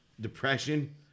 depression